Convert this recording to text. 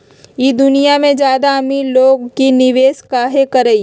ई दुनिया में ज्यादा अमीर लोग ही निवेस काहे करई?